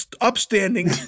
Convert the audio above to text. upstanding